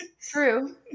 true